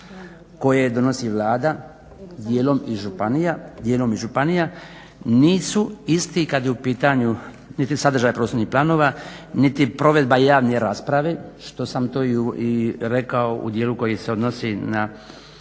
koje donosi Vlada dijelom iz županija, nisu isti kad je u pitanju niti sadržaj prostornih planova niti provedba javne rasprave što sam to i rekao u djelu koji se odnosi na